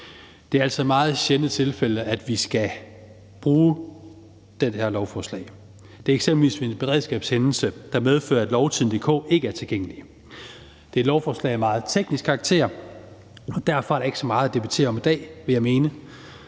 Det er altså i meget sjældne tilfælde, at vi skal bruge den her lov. Det er eksempelvis ved en beredskabshændelse, der medfører, at lovtidende.dk ikke er tilgængelig. Det er et lovforslag af meget teknisk karakter, og derfor er der ikke så meget at debattere i dag, vil jeg mene.